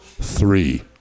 Three